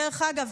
דרך אגב,